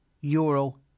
euro